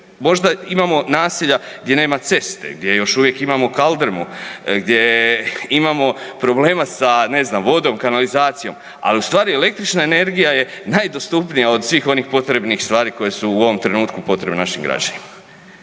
možda imamo nasilja gdje nema ceste, gdje još uvijek imamo kaldrmu, gdje imamo problema sa, ne znam, vodom, kanalizacijom, ali u stvari električna energija je najdostupnija od svih onih potrebnih stvari koje su u ovom trenutku potrebne našim građanima.